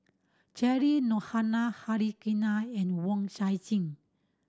Cheryl Noronha Harichandra and Wong Nai Chin